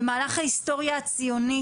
במהלך ההיסטוריה הציונית,